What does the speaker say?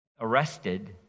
arrested